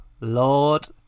lord